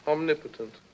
Omnipotent